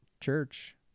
church